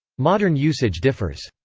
modern usage differs.